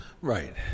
right